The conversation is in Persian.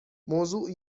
موضوع